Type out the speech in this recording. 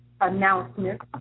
announcement